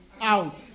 out